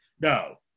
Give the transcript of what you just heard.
no